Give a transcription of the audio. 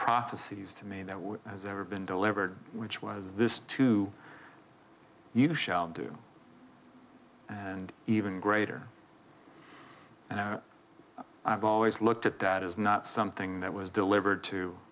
prophecies to me that has ever been delivered which was this to you shall do and even greater and i've always looked at that is not something that was delivered to